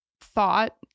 thought